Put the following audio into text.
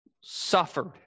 suffered